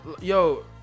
Yo